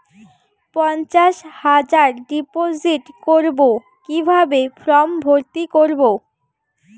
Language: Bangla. পঞ্চাশ হাজার ডিপোজিট করবো কিভাবে ফর্ম ভর্তি করবো?